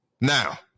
Now